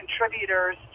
contributors